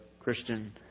Christian